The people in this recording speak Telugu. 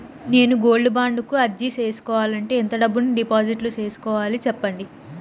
నేను గోల్డ్ బాండు కు అర్జీ సేసుకోవాలంటే ఎంత డబ్బును డిపాజిట్లు సేసుకోవాలి సెప్పండి